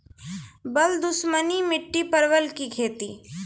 बल दुश्मनी मिट्टी परवल की खेती?